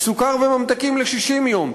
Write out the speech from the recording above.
סוכר וממתיקים ל-60 יום.